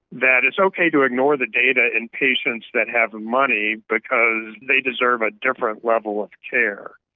that it's okay to ignore the data in patients that have money because they deserve a different level of care.